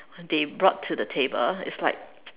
they brought to the table it's like